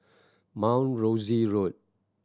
Mount Rosie Road